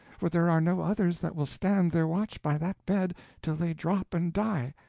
for there are no others that will stand their watch by that bed till they drop and die,